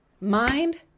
Mind